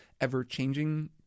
ever-changing